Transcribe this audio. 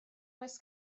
oes